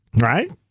Right